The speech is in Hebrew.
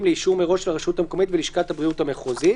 לאישור מראש של הרשות המקומית ולשכת הבריאות המחוזית".